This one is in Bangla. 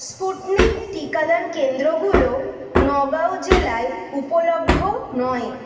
স্পুটনিক টিকাদান কেন্দ্রগুলো নগাঁও জেলায় উপলভ্য নয়